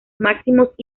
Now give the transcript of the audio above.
máximos